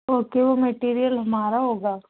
okay وہ material ہمارا ہوگا